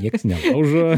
niekas nelaužo